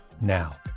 now